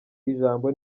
ijambo